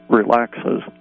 relaxes